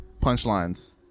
punchlines